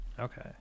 Okay